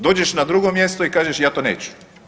Dođeš na drugo mjesto i kažeš ja to neću.